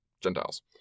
Gentiles